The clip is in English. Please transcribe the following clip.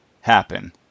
happen